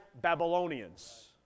Babylonians